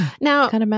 Now